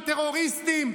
על טרוריסטים?